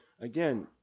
again